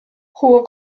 jugó